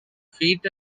feet